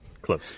close